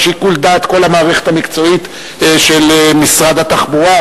שיקול דעת כל המערכת המקצועית של משרד התחבורה,